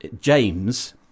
james